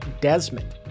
Desmond